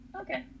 okay